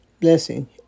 blessing